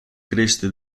creste